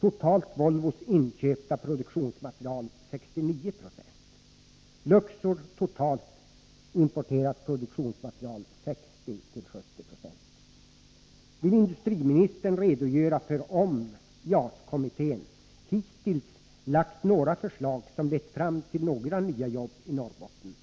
Totalt uppgår andelen inköpt produktionsmaterial för Volvos del till 69 26. Luxor använder totalt 60-70 20 importerat produktionsmaterial. Vill industriministern redogöra för om JAS-kommittén hittills lagt fram några förslag som lett till några nya jobb i Norrbotten?